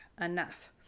enough